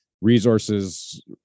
resources